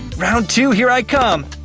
round two, here i come!